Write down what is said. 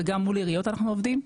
וגם מול עיריות אנחנו עובדים,